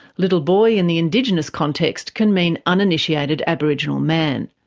little boy in the indigenous context can mean uninitiated aboriginal man.